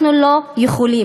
אנחנו לא יכולים.